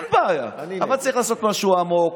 אין בעיה, אבל צריך לעשות משהו עמוק.